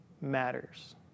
matters